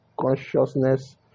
consciousness